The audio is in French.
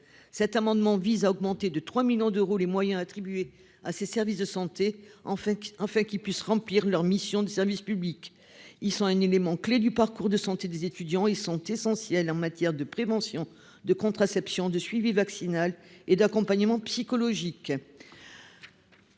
Cet amendement vise à augmenter de 3 millions d'euros les moyens attribués à ces services afin qu'ils puissent remplir leur mission de service public. Éléments clés du parcours de santé des étudiants, ils sont essentiels en matière de prévention, de contraception, de suivi vaccinal et d'accompagnement psychologique